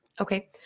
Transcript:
okay